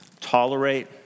tolerate